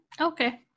Okay